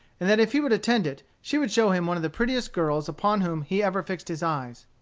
and that if he would attend it, she would show him one of the prettiest girls upon whom he ever fixed his eyes.